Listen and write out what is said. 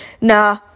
Nah